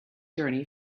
journey